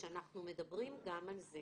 כשאנחנו מדברים גם על זה